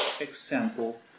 example